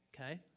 Okay